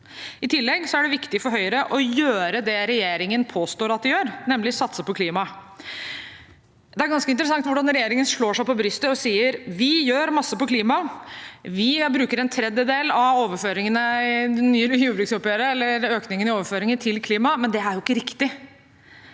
4715 er det viktig for Høyre å gjøre det regjeringen påstår at de gjør, nemlig å satse på klimaet. Det er ganske interessant hvordan regjeringen slår seg på brystet og sier: Vi gjør en masse på klima; vi bruker en tredjedel av økningen i overføringene på klima. Det er jo ikke riktig.